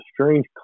strange